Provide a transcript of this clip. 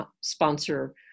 sponsor